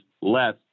less